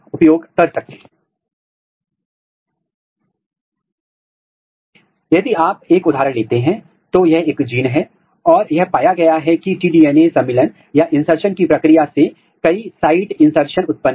यदि उत्परिवर्ती के फेनोटाइप को इस कंस्ट्रक्ट से पूरित किया जाता है जिसका अर्थ है कि आपका फ्यूजन संलयन प्रोटीन कार्यात्मक है और आप इसके लोकलाइजेशन स्थानीयकरण पैटर्न पर भरोसा कर सकते हैं